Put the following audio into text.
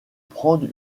prendre